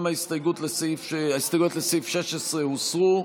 גם ההסתייגויות לסעיף 16 הוסרו.